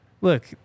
Look